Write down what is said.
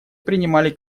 принимали